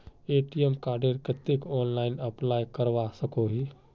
ATM कार्डेर केते online apply करवा सकोहो ही?